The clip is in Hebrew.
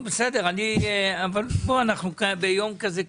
טוב, אנחנו ביום כזה קצר.